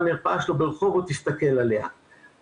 אכן, קופת חולים מאוחדת כשמה כן היא.